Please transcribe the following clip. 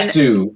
two